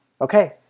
Okay